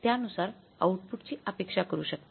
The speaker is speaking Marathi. तर आपण त्यानुसार आउटपुटची अपेक्षा करू शकता